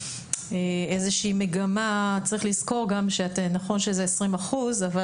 איזושהי מגמה צריך לזכור שנכון שזה 20% אבל